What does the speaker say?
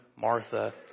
Martha